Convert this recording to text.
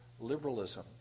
liberalism